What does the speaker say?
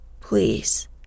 Please